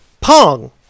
Pong